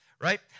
right